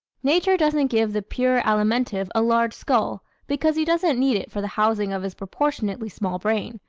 nature doesn't give the pure alimentive a large skull because he doesn't need it for the housing of his proportionately small brain,